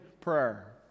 prayer